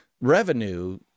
revenue